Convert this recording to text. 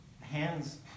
hands